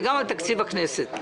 וגם על תקציב הכנסת.